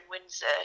Windsor